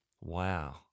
Wow